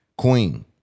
queen